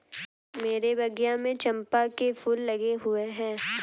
मेरे बगिया में चंपा के फूल लगे हुए हैं